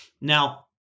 Now